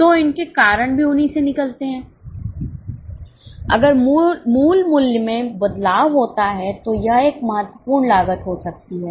तो इसके कारण भी उन्हीं से निकलते हैं अगर मूल मूल्य में बदलाव होता है तो यह एक महत्वपूर्ण लागत हो सकती है